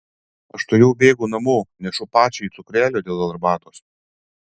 aš tuojau bėgu namo nešu pačiai cukrelio dėl arbatos